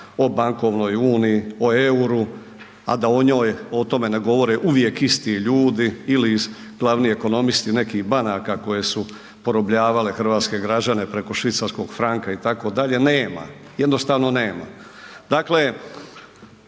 o bankovnoj uniji, o euru, a da o njoj o tome ne govore uvijek isti ljudi ili glavni ekonomisti nekih banaka koje su porobljavale hrvatske građane preko švicarskog franka itd. nema, jednostavno nema.